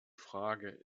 frage